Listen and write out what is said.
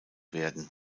werden